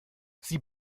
sie